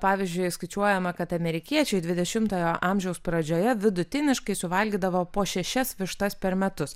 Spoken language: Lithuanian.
pavyzdžiui skaičiuojama kad amerikiečiai dvidešimtojo amžiaus pradžioje vidutiniškai suvalgydavo po šešias vištas per metus